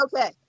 Okay